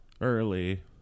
early